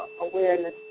awareness